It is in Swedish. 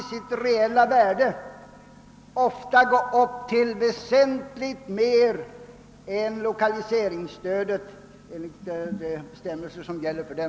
Det reella värdet kan ofta vara väsentligt mer än vad lokaliseringsstödet ger enligt de bestämmelser som gäller för det.